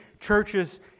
churches